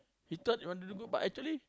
he thought he want to do but actually